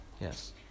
Yes